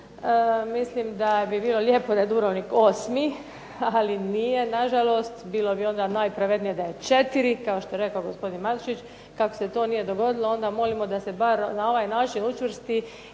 mislim da bi bilo lijepo da je Dubrovnik osmi, ali nije nažalost. Bilo bi onda najpravednije da je 4, kao što je rekao gospodin Matušić. Kako se to nije dogodilo onda molimo da se bar na ovaj način učvrsti